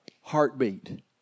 heartbeat